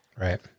Right